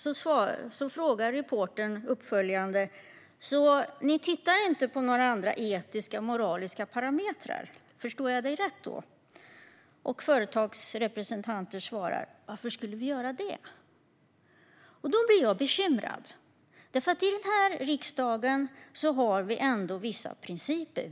Då frågade reportern uppföljande: Ni tittar alltså inte på några andra etiska och moraliska parametrar? Förstår jag dig rätt då? Företagsrepresentanten svarade: Varför skulle vi göra det? Då blev jag bekymrad. I den här riksdagen har vi ändå vissa principer.